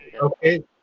Okay